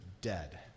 dead